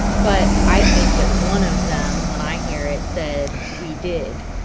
but i think that one of them when i hear it said we did